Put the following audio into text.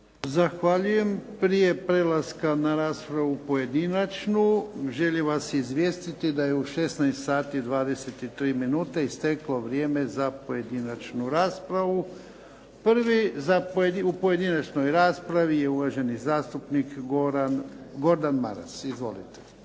Zahvaljujem. Prije prelaska na raspravu pojedinačnu, želim vas izvijestiti da je u 16, 23 sati isteklo vrijeme za pojedinačnu raspravu. Prvi u pojedinačnoj raspravi je uvaženi zastupnik Gordan Maras. Izvolite.